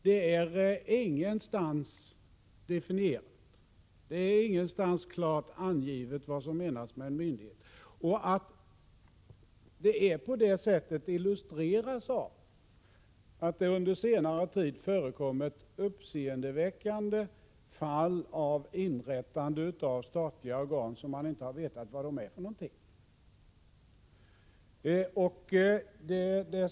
Det finns inte någon definition. Ingenstans är det klart angivet vad som menas med en myndighet. Att det förhåller sig så illustreras av att det under senare tid har förekommit uppseendeväckande fall av inrättande av statliga organ utan att man har vetat vad dessa organ är.